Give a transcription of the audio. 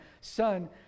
son